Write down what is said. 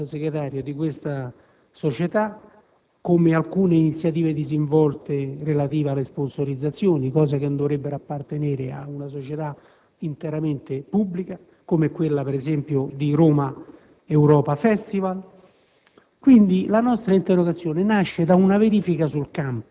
società, affrontando alcune anomalie, onorevole Vice Ministro, di questa società ed alcune iniziative disinvolte relative alle sponsorizzazioni (cose che non dovrebbero appartenere ad una società interamente pubblica), come quella, per esempio, di Roma Europa festival.